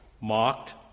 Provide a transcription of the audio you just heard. mocked